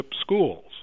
schools